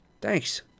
Thanks